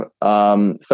third